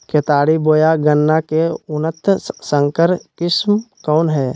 केतारी बोया गन्ना के उन्नत संकर किस्म कौन है?